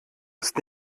ist